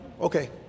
okay